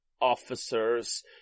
officers